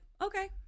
Okay